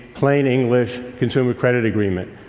plain english consumer credit agreement.